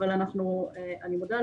אבל אני מודה,